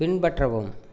பின்பற்றவும்